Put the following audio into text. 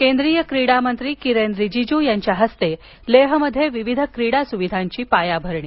केंद्रीय क्रीडा मंत्री किरेन रिजीजू यांच्या हस्ते लेहमध्ये विविध क्रीडा स्विधांची पायाभरणी